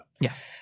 Yes